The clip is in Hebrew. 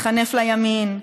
להתחנף לימין,